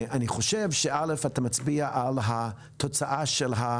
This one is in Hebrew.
אני חושב שראשית, אתה מצביע על התוצאה של,